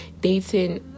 dating